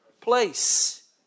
place